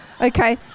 Okay